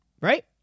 right